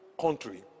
country